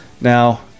Now